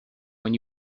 when